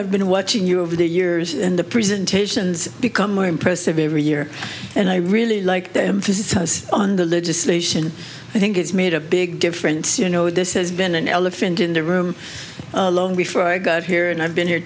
i've been watching you over the years and the presentations become more impressive every year and i really like the emphasis on the legislation i think it's made a big difference you know this has been an elephant in the room long before i got here and i've been here